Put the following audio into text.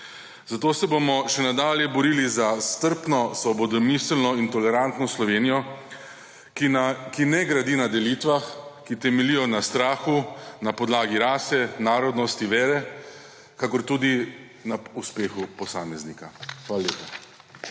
Zato se bomo še nadalje borili za strpno, svobodomiselno in tolerantno Slovenijo, ki ne gradi na delitvah, ki temeljijo na strahu na podlagi rase, narodnosti, vere, kakor tudi na uspehu posameznika. Hvala lepa.